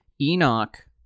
Enoch